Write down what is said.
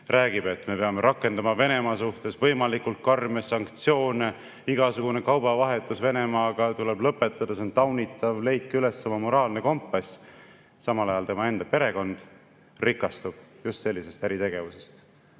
räägib, et me peame rakendama Venemaa suhtes võimalikult karme sanktsioone, igasugune kaubavahetus Venemaaga tuleb lõpetada, see on taunitav. "Leidke üles oma moraalne kompass!" Samal ajal tema enda perekond rikastub just sellisest äritegevusest,